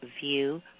view